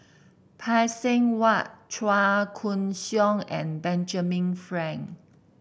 Phay Seng Whatt Chua Koon Siong and Benjamin Frank